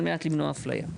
על מנת למנוע אפליה.